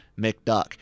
McDuck